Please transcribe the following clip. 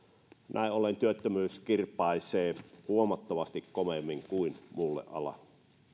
näin ollen työttömyys kirpaisee huomattavasti kovemmin kuin muulla alalla